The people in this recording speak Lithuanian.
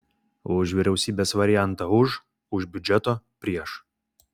už vyriausybės variantą už už biudžeto prieš